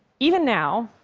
even now,